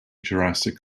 jurassic